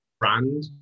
brand